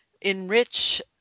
enrich